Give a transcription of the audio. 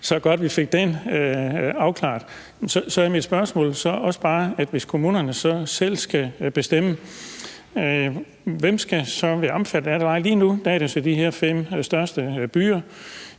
var godt, vi fik det afklaret. Mit spørgsmål er så bare: Hvis kommunerne selv skal bestemme, hvem skal så være omfattet af det? Lige nu er det jo så de her fem største byer,